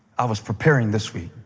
i was preparing this week.